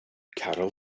carol